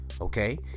Okay